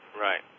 Right